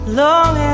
long